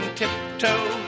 tiptoe